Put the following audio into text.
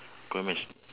aquaman is